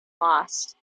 lost